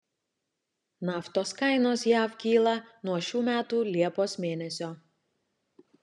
naftos kainos jav kyla nuo šių metų liepos mėnesio